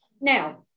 Now